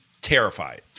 terrified